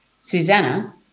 Susanna